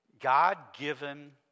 God-given